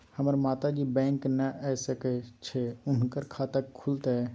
हमर माता जी बैंक नय ऐब सकै छै हुनकर खाता केना खूलतै?